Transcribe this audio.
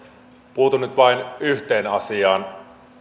puutun nyt vain yhteen asiaan